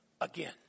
again